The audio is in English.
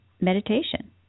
meditation